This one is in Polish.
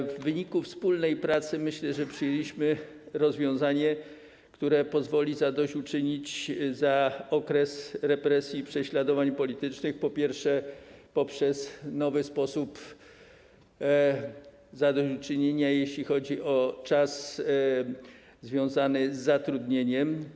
Myślę, że w wyniku wspólnej pracy przyjęliśmy rozwiązanie, które pozwoli zadośćuczynić za okres represji i prześladowań politycznych, po pierwsze, poprzez nowy sposób zadośćuczynienia, jeśli chodzi o czas związany z zatrudnieniem.